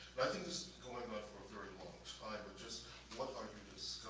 i think this is going on for a very long time, but just what are